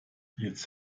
jetzt